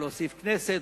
להוסיף את הכנסת,